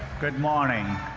good morning.